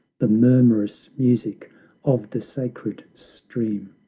the murmurous music of the sacred stream!